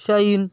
shine